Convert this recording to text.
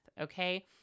okay